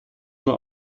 nur